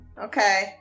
Okay